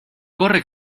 corre